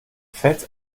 fett